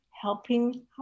helping